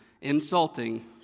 insulting